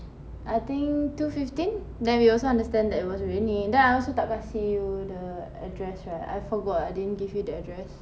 I think two fifteen then we also understand that it was raining then I also tak kasi you the address right I forgot I didn't give you the address